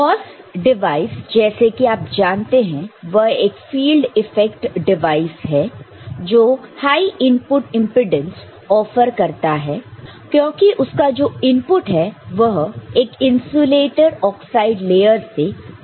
MOS device जैसे कि आप जानते हैं वह एक फील्ड इफेक्ट डिवाइस है जो हाई इनपुट इंपेडेंस ऑफर करता है क्योंकि उसका जो इनपुट है वह एक इंसुलेटर ऑक्साइड लेयर से कनेक्टड है